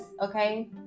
okay